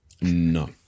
No